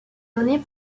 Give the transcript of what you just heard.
donnée